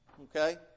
Okay